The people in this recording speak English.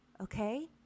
okay